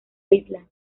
isla